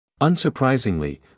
Unsurprisingly